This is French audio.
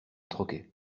troquet